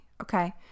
Okay